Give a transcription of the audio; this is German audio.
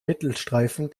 mittelstreifen